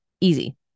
easy